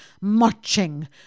marching